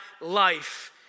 life